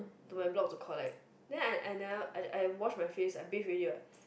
to my block to collect then I I never I wash my face I bath already what